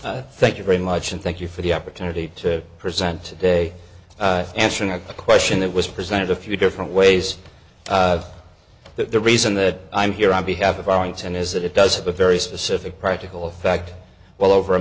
you thank you very much and thank you for the opportunity to present today answering a question that was presented a few different ways that the reason that i'm here on behalf of arlington is that it does have a very specific practical effect well over a